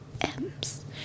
M's